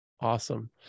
Awesome